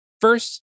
First